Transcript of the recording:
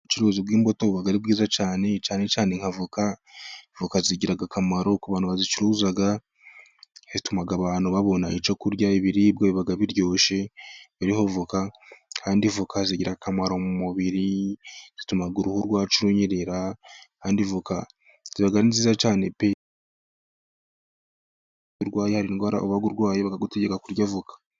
Ubucuruzi bw'imbuto buba ari bwiza cyane, cyane cyane nk'avoka zigira akamaro ku bantu bazicuruza, bituma abantu babona icyo kurya ibiribwa biba biryoshye biriho avoka, kandi avoka zigira akamaro mu mubiri zituma uruhu rwacu runyerera, kandi avoka ziba ari nziza cyane pe, iyo urwaye hari indwara urwara bakagutegeka kurya avoka.